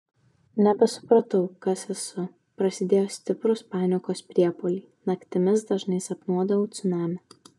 nebesupratau kas esu prasidėjo stiprūs panikos priepuoliai naktimis dažnai sapnuodavau cunamį